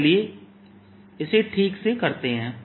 तो चलिए इसे ठीक से करते हैं